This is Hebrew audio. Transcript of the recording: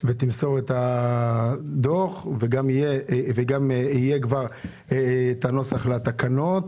ותמסור את הדוח, וגם יהיה כבר את הנוסח לתקנות,